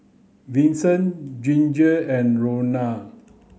Vinson Ginger and Ronal